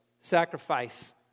Sacrifice